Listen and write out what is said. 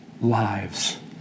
lives